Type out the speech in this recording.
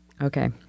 Okay